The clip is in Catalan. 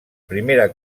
primera